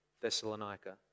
Thessalonica